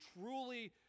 truly